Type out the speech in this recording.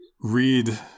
read